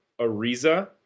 Ariza